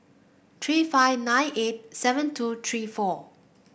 three five nine eight seven two three four